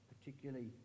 Particularly